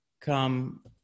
come